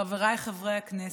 חבריי חברי הכנסת,